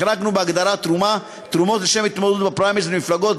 החרגנו בהגדרה "תרומה" תרומות לשם התמודדות בפריימריז למפלגות,